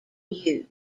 used